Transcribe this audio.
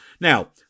Now